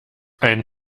ein